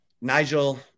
Nigel